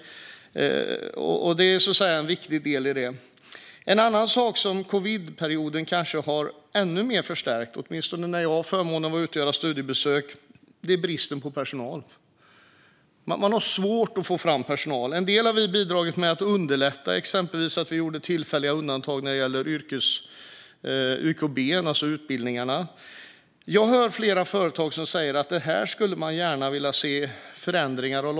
Det är en viktig del i detta. En annan sak som covidperioden kanske har förstärkt ännu mer, åtminstone vad jag har kunnat se när jag haft förmånen att vara ute på studiebesök, är bristen på personal. Man har svårt att få fram personal. Till viss del har vi bidragit till att underlätta; vi gjorde exempelvis tillfälliga undantag när det gäller YKB, alltså utbildningarna. Jag hör flera företag säga att man gärna skulle se lagstiftningsförändringar här.